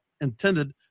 intended